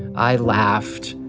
i laughed,